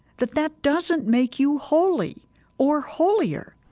that that doesn't make you holy or holier.